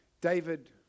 David